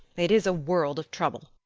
it is a world of trouble,